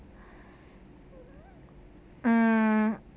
mm